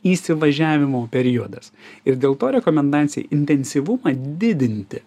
įsivažiavimo periodas ir dėl to rekomendacijai intensyvumą didinti